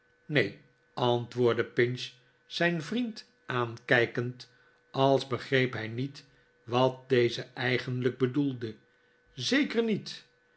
neen antwoordde pinch zijn vriend aankijkend als begreep hij niet wat deze eigenlijk bedoelde zeker niet